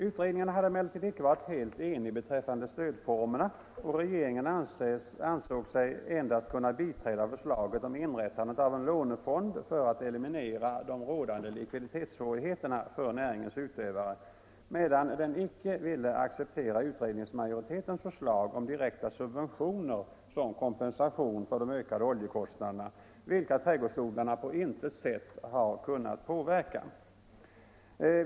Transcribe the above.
Utredningen hade emellertid icke varit helt enig beträffande stödformerna och regeringen ansåg sig endast kunna biträda förslaget om inrättandet av en lånefond för att eliminera de rådande likviditetssvårigheterna för näringens utövare, medan den icke ville acceptera utredningsmajoritetens förslag om direkta subventioner som kompensation för de ökade oljekostnaderna, vilka trädgårdsodlarna på intet sätt kunnat påverka.